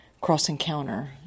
cross-encounter